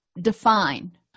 define